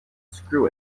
screw